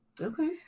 Okay